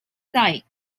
site